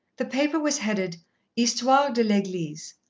the paper was headed histoire de l'eglise,